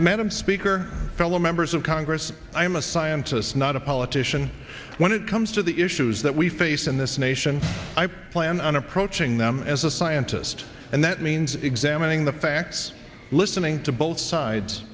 madam speaker fellow members of congress i am a scientist not a politician when it comes to the issues that we face in this nation i plan on approaching them as a scientist and that means examining the facts listening to both sides